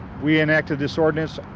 we enacted this ordinance,